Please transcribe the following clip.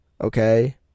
Okay